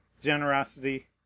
generosity